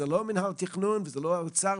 זה לא מינהל התכנון וזה לא האוצר,